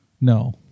No